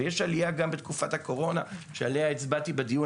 ויש עלייה גם בתקופת הקורונה שעליה הצבעתי בדיון